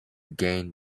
gain